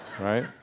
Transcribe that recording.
right